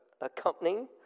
accompanying